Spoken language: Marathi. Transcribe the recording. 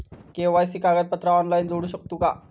के.वाय.सी कागदपत्रा ऑनलाइन जोडू शकतू का?